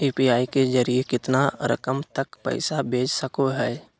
UPI के जरिए कितना रकम तक पैसा भेज सको है?